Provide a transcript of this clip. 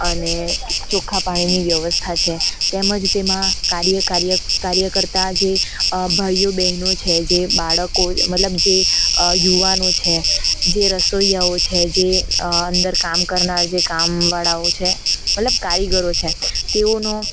અને ચોખ્ખાં પાણીની વ્યવસ્થા છે તેમજ તેમાં કાર્યકર્તા જે ભાઈઓ બહેનો છે જે બાળકો મતલબ જે યુવાનો છે જે રસોઈયાઓ છે જે અંદર કામ કરનાર જે કામવાળાઓ છે મતલબ કારીગરો છે તેઓનો